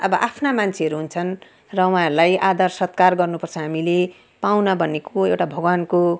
अब आफ्ना मान्छेहरू हुन्छन् र उहाँहरूलाई आदर सत्कार गर्नु पर्छ हामीले पाहुना भनेको एउटा भगवान्को